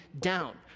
down